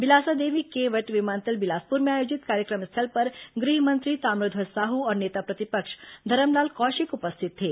बिलासा देवी केंवट विमानतल बिलासपुर में आयोजित कार्यक्रम स्थल पर गृह मंत्री ताम्रध्वज साहू और नेता प्रतिपक्ष धरमलाल कौशिक उपस्थित थे